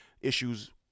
issues